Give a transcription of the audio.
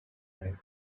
said